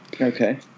Okay